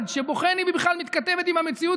שבוחן אם היא בכלל מתכתבת עם המציאות,